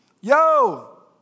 Yo